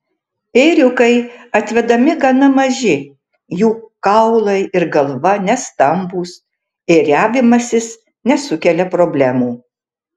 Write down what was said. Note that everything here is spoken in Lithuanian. ėriukai atvedami gana maži jų kaulai ir galva nestambūs ėriavimasis nesukelia problemų